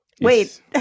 Wait